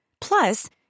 Plus